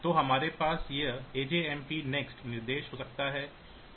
तो हमारे पास यह आजमप नेक्स्ट निर्देश हो सकता है